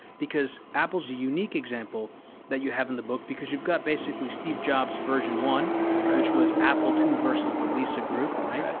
because apple's a unique example that you have in the book, because you've got, basically, steve jobs' version one which was apple ii versus the lisa group?